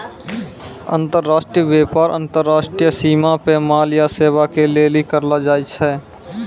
अन्तर्राष्ट्रिय व्यापार अन्तर्राष्ट्रिय सीमा पे माल या सेबा के लेली करलो जाय छै